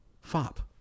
Fop